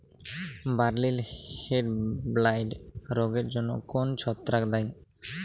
বার্লির হেডব্লাইট রোগের জন্য কোন ছত্রাক দায়ী?